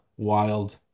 Wild